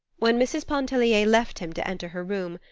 when mrs. pontellier left him to enter her room,